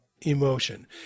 emotion